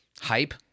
hype